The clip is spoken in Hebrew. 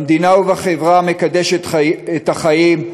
במדינה ובחברה המקדשת את החיים,